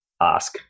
ask